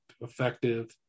effective